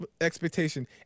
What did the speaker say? expectation